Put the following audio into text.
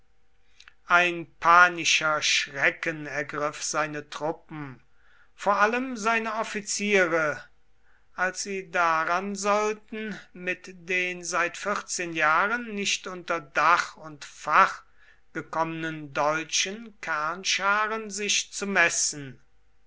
ein panischer schrecken ergriff seine truppen vor allem seine offiziere als sie daran sollten mit den seit vierzehn jahren nicht unter dach und fach gekommenen deutschen kernscharen sich zu messen